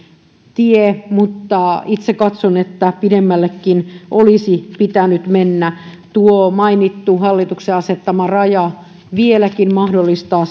tie mutta itse katson että pidemmällekin olisi pitänyt mennä tuo mainittu hallituksen asettama raja vieläkin mahdollistaa